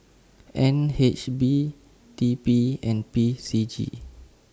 N H B T P and P C G